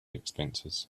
expenses